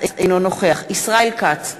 אינו נוכח ישראל כץ,